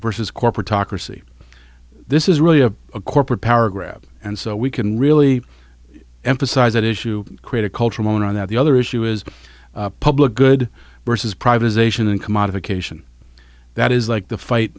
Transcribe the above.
versus corporatocracy this is really a corporate power grab and so we can really emphasize that issue create a culture moment on that the other issue is public good versus privatization and commodification that is like the fight